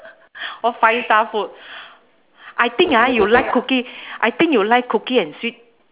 what five star food I think ah you like cookie I think you like cookie and sweet